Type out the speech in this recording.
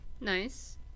Nice